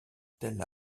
tel